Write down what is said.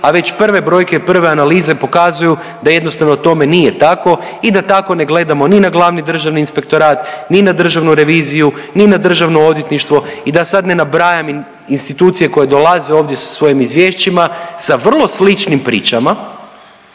a već prve brojke i prve analize pokazuju da jednostavno tome nije tako i da tako ne gledamo ni na glavni Državni inspektorat, ni na Državnu reviziju, ni na Državno odvjetništvo i da sada ne nabrajam institucije koje dolaze ovdje sa svojim izvješćima, sa vrlo sličnim pričama,